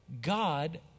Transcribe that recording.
God